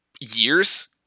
years